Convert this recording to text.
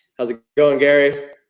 how's it going, gary?